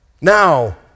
Now